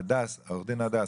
עו"ד הדס,